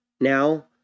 now